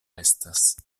estas